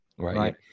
Right